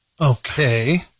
okay